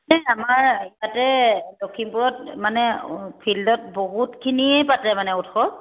এই আমাৰ ইয়াতে লখিমপুৰত মানে ফিল্ডত বহুতখিনিয়ে পাতে মানে উৎসৱ